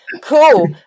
cool